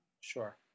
Sure